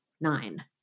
nine